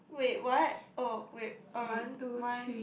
wait what oh wait um one